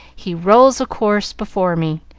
he rolls a corse before me,